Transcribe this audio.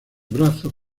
brazos